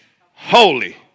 holy